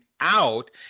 out